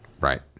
Right